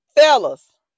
fellas